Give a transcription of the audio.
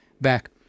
back